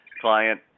client